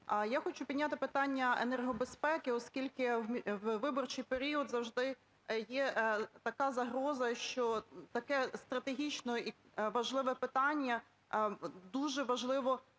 Я хочу підняти питання енергобезпеки, оскільки у виборчий період завжди є така загроза, що таке стратегічно важливе питання... Дуже важливо